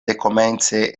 dekomence